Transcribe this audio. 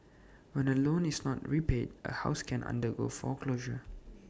when A loan is not repaid A house can undergo foreclosure